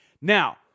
Now